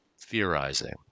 theorizing